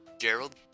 Gerald